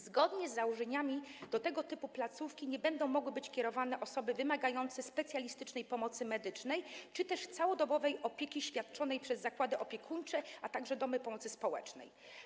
Zgodnie z założeniami do tego typu placówki nie będą mogły być kierowane osoby wymagające specjalistycznej pomocy medycznej, czy też całodobowej opieki świadczonej przez zakłady opiekuńcze, a także domy pomocy społecznej.